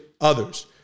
others